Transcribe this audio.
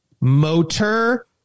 motor